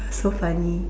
so funny